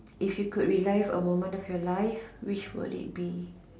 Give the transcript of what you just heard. if you could relive a moment of your life which will it be